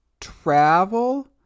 travel